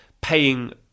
paying